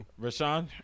Rashawn